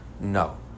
No